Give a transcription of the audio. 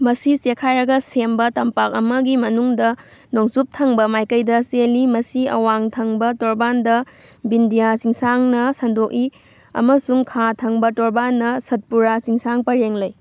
ꯃꯁꯤ ꯆꯦꯛꯈꯥꯏꯔꯒ ꯁꯦꯝꯕ ꯇꯝꯄꯥꯛ ꯑꯃꯒꯤ ꯃꯅꯨꯡꯗ ꯅꯣꯡꯆꯨꯞ ꯊꯪꯕ ꯃꯥꯏꯀꯩꯗ ꯆꯦꯜꯂꯤ ꯃꯁꯤ ꯑꯋꯥꯡ ꯊꯪꯕ ꯇꯣꯔꯕꯥꯟꯗ ꯚꯤꯟꯙ꯭ꯌꯥ ꯆꯤꯡꯁꯥꯡꯅ ꯁꯟꯗꯣꯛꯏ ꯑꯃꯁꯨꯡ ꯈꯥ ꯊꯪꯕ ꯇꯣꯔꯕꯥꯟꯅ ꯁꯠꯄꯨꯔꯥ ꯆꯤꯡꯁꯥꯡ ꯄꯔꯦꯡ ꯂꯩ